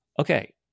okay